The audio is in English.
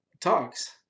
talks